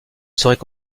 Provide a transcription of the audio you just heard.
seraient